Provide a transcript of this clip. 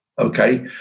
okay